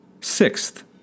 Sixth